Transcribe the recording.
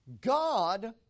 God